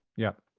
yeah.